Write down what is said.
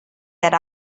that